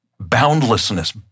boundlessness